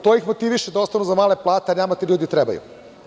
To ih motiviše da ostanu za male plate, jer nama ti ljudi trebaju.